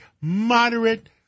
moderate